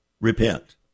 repent